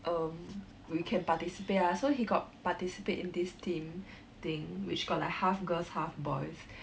um we can participate ah so he got participate in this team thing which got like half girls half boys